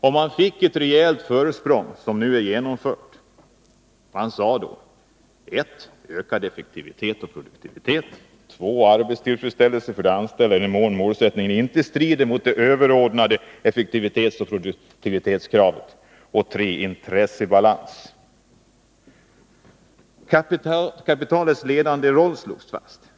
Och man fick ett rejält försprång, som vi nu kan se resultatet av. Man sade då: 2. Arbetstillfredsställelse för de anställda i den mån målsättningen inte strider mot det överordnade effektivitetsoch produktivitetskravet. Kapitalets ledande roll slogs fast.